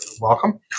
welcome